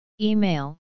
Email